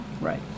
Right